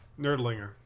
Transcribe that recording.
Nerdlinger